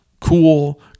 cool